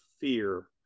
fear